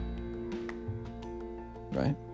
right